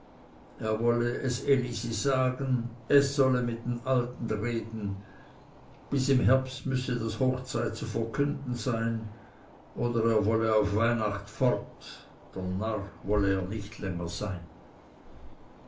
er wolle es elisi sagen es solle mit den alten reden bis im herbst müsse das hochzeit zu verkünden sein oder er wolle auf weihnacht fort dr narr wolle er nicht länger sein